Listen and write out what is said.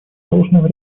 должного